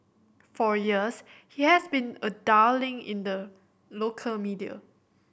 for years he has been a darling in the local media